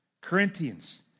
Corinthians